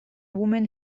woman